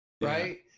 right